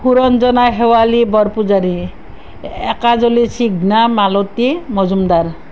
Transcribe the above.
সুৰঞ্জনা শেৱালী বৰপূজাৰী একাজলি ছিগনা মালতি মজুমদাৰ